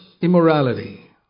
immorality